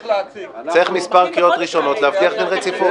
צריך מספר קריאות ראשונות כדי להבטיח דין רציפות.